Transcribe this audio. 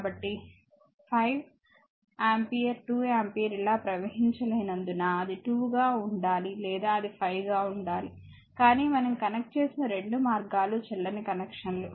కాబట్టి 5 ampere 2 ampere ఇలా ప్రవహించలేనందున అది 2 గా ఉండాలి లేదా అది 5 గా ఉండాలి కానీ మనం కనెక్ట్ చేసిన రెండు మార్గాలు చెల్లని కనెక్షన్ లు